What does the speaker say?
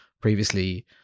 previously